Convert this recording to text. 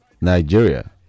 Nigeria